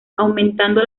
aumentando